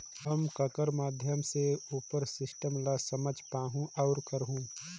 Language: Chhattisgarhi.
हम ककर माध्यम से उपर सिस्टम ला समझ पाहुं और करहूं?